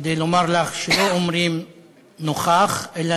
כדי לומר לך שלא אומרים נוכַח, אלא